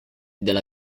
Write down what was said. della